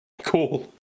Cool